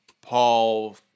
Paul